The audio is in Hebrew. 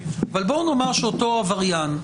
אבל בואו נאמר שאותו עבריין,